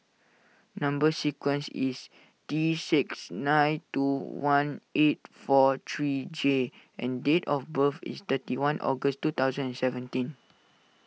Number Sequence is T six nine two one eight four three J and date of birth is thirty one August two thousand and seventeen